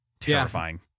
Terrifying